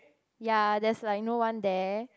ya there's like no one there